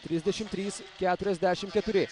trisdešim trys keturiasdešim keturi